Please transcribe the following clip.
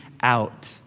out